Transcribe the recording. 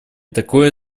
такое